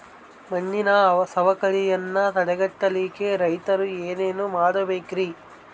ಮಣ್ಣಿನ ಸವಕಳಿಯನ್ನ ತಡೆಗಟ್ಟಲಿಕ್ಕೆ ರೈತರು ಏನೇನು ಮಾಡಬೇಕರಿ?